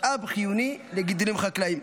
משאב חיוני לגידולים חקלאיים,